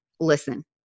listen